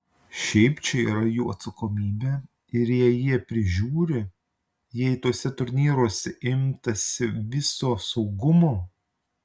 šiaip čia yra jų atsakomybė ir jei jie prižiūri jei tuose turnyruose imtasi viso saugumo